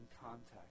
contact